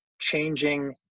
changing